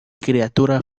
criatura